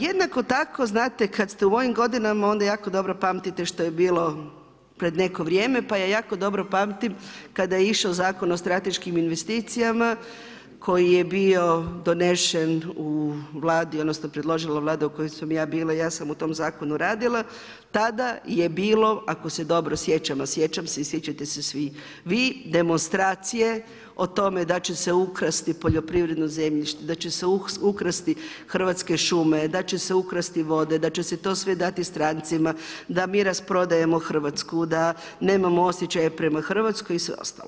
Jednako tako, znate kad ste u mojim godinama onda jako dobro pamtite što je bilo pred neko vrijeme pa ja jako dobro pamtim kad je išao Zakon o strateškim investicijama koji je bio donesen u Vladi, odnosno predložila Vlada u kojoj sam bila, ja sam u tom zakonu radila, tada je bilo ako se dobro sjećam, a sjećam se i sjećate se svi, vi demonstracije, o tome da će se ukrasti poljoprivredno zemljište, da će se ukrsti Hrvatske šume, da će se ukrasti vode, da će se to sve dati strancima, da mi rasprodajemo Hrvatsku, da nemamo osjećaja prema Hrvatskoj i sve ostalo.